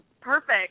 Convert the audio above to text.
perfect